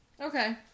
Okay